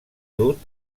dut